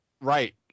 Right